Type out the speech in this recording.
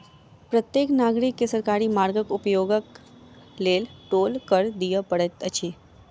प्रत्येक नागरिक के सरकारी मार्गक उपयोगक लेल टोल कर दिअ पड़ैत अछि